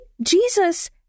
Jesus